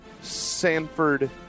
Sanford